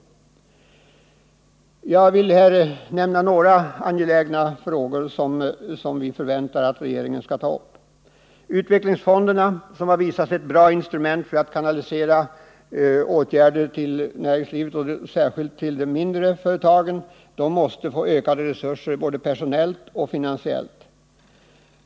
Jag vill här nämna några angelägna frågor, som vi anser att regeringen skall ta upp. Utvecklingsfonderna, som har visat sig vara ett bra instrument för att kanalisera åtgärder till näringslivet och särskilt till de mindre företagen, måste få ökade resurser både personellt och finansiellt.